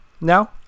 now